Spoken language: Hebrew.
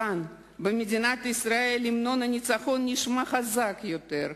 כאן, במדינת ישראל, המנון הניצחון נשמע חזק יותר.